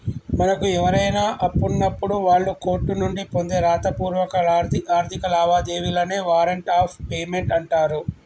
మనకు ఎవరైనా అప్పున్నప్పుడు వాళ్ళు కోర్టు నుండి పొందే రాతపూర్వక ఆర్థిక లావాదేవీలనే వారెంట్ ఆఫ్ పేమెంట్ అంటరు